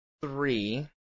three